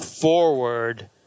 forward